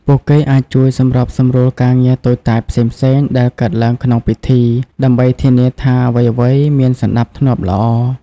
ពួកគេអាចជួយ សម្របសម្រួលការងារតូចតាចផ្សេងៗ ដែលកើតឡើងក្នុងពិធី ដើម្បីធានាថាអ្វីៗមានសណ្តាប់ធ្នាប់ល្អ។